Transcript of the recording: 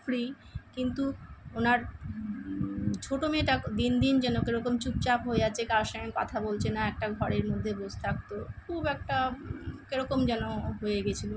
free কিন্তু ওনার ছোট মেয়েটা দিন দিন যেন কীরকম চুপচাপ হয়ে যাচ্ছে কারোর সঙ্গে কথা বলছে না একটা ঘরের মধ্যে বসে থাকত খুব একটা কীরকম যেন হয়ে গেছিল